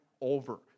over